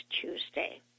Tuesday